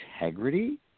integrity